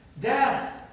Dad